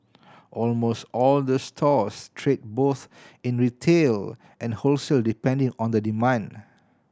almost all the stores trade both in retail and wholesale depending on the demand